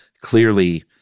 clearly